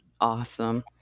Awesome